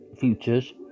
features